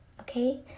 okay